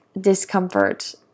discomfort